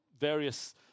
various